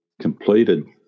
completed